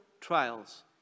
trials